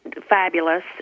fabulous